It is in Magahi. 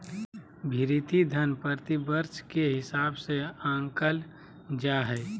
भृति धन प्रतिवर्ष के हिसाब से आँकल जा हइ